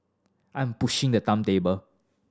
I'm pushing the timetable